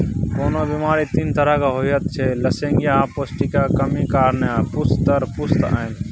कोनो बेमारी तीन तरहक होइत छै लसेंगियाह, पौष्टिकक कमी कारणेँ आ पुस्त दर पुस्त आएल